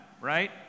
right